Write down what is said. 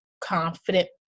confident